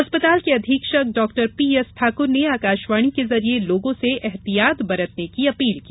अस्पताल के अधीक्षक डॉ पीएस ठाकुर ने आकाशवाणी के जरिये लोगों से एहतियात बरतने की अपील की